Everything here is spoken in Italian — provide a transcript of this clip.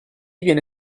viene